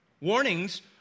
Warnings